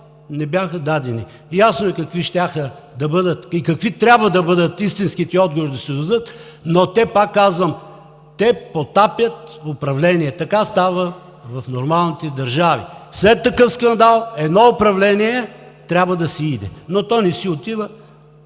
не бяха дадени. Ясно е какви щяха и какви трябва да бъдат истинските отговори, да се дадат, но те, пак казвам, те потапят управлението. Така става в нормалните държави. След такъв скандал едно управление трябва да си иде, но то не си отива,